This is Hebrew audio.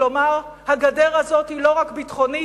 לומר: הגדר הזאת היא לא רק ביטחונית,